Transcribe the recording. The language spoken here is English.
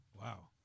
Wow